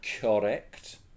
Correct